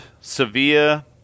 Sevilla